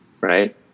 right